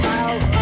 out